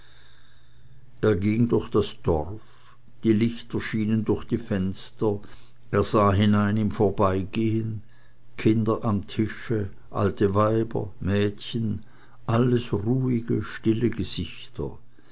er ging durch das dorf die lichter schienen durch die fenster er sah hinein im vorbeigehen kinder am tische alte weiber mädchen alles ruhige stille gesichter